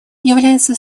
является